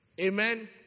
Amen